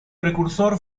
precursor